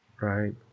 Right